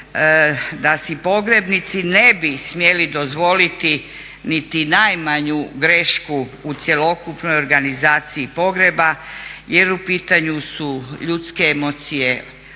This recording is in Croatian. da si pogrebnici ne bi smjeli dozvoliti niti najmanju grešku u cjelokupnoj organizaciji pogreba jer u pitanju su ljudske emocije,